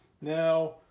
Now